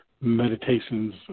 meditations